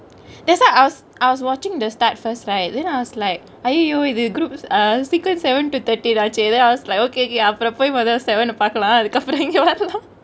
that's why I was I was watchingk the start first right then I was like !aiyo! இது:ithu group err secret seven to thirteen ah !chey! then I was like okay okay அப்ரோ போய் மொத:apro poi mothe seven ன பாக்கலா அதுக்கு அப்ரோ இங்க வரலா:ne paakalaa athuku apro ingkge varelaa